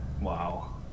wow